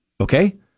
Okay